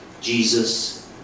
Jesus